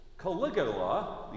Caligula